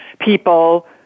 people